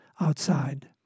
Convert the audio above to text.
outside